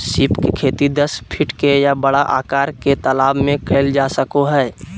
सीप के खेती दस फीट के या बड़ा आकार के तालाब में कइल जा सको हइ